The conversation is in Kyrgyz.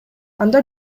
анда